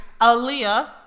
Aaliyah